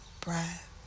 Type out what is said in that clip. breath